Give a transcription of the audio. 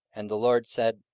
and the lord said,